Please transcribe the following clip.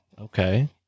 Okay